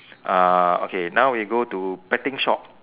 uh okay now we go to betting shop